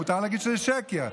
מותר להגיד שזה שקר,